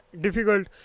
difficult